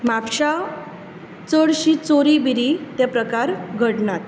म्हापशां चडशी चोरी बिरी ते प्रकार घडनात